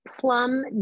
plum